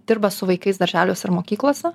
dirba su vaikais darželiuos ir mokyklose